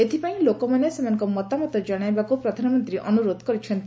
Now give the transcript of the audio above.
ଏଥିପାଇଁ ଲୋକମାନେ ସେମାନଙ୍କ ମତାମତ କଶାଇବାକୁ ପ୍ରଧାନମନ୍ତ୍ରୀ ଅନୁରୋଧ କରିଛନ୍ତି